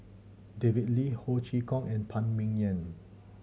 David Lee Ho Chee Kong and Phan Ming Yen